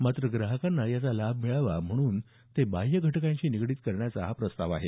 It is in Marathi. मात्र ग्राहकांना याचा लाभ मिळावा म्हणून ते बाह्य घटकांशी निगडीत करण्याचा हा प्रस्ताव आहे